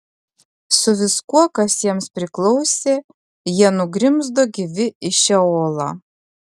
su viskuo kas jiems priklausė jie nugrimzdo gyvi į šeolą